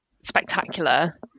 spectacular